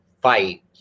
fight